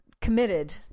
committed